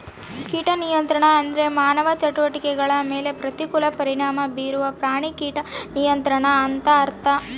ಕೀಟ ನಿಯಂತ್ರಣ ಅಂದ್ರೆ ಮಾನವ ಚಟುವಟಿಕೆಗಳ ಮೇಲೆ ಪ್ರತಿಕೂಲ ಪರಿಣಾಮ ಬೀರುವ ಪ್ರಾಣಿ ಕೀಟ ನಿಯಂತ್ರಣ ಅಂತರ್ಥ